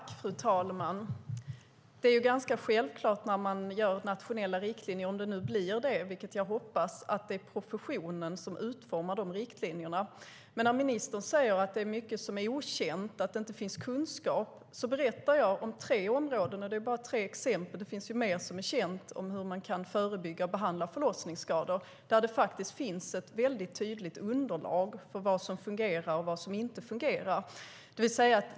Fru talman! Det är ganska självklart att när man inför nationella riktlinjer, vilket jag hoppas att vi får, är det professionen som utformar dem. Ministern säger att det är mycket som är okänt och att det inte finns kunskap. Jag berättade om tre områden, och det är bara tre exempel, men det finns mer som är känt om hur man kan förebygga och behandla förlossningsskador och där det finns ett tydligt underlag för vad som fungerar och vad som inte fungerar.